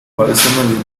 parecen